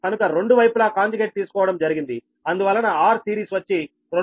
కనుక రెండు వైపులా కాంజుగేట్ తీసుకోవడం జరిగింది అందువలన Rseries వచ్చి 2